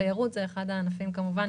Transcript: תיירות זה אחד הענפים כמובן,